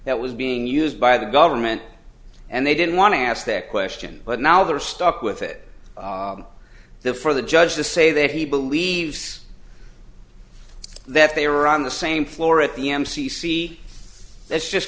that was being used by the government and they didn't want to ask that question but now they're stuck with it the for the judge to say that he believes that they are on the same floor at the m c c that's just